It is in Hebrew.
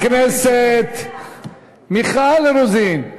הפנייה לבג"ץ, חברת הכנסת מיכל רוזין,